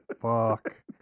Fuck